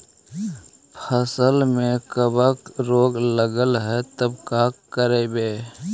फसल में कबक रोग लगल है तब का करबै